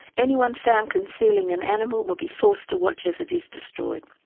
anyone found concealing an animal will be forced to watch as it is destroyed.